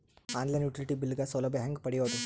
On line utility bill ಗ ಸೌಲಭ್ಯ ಹೇಂಗ ಪಡೆಯೋದು?